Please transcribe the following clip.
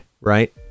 right